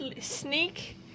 sneak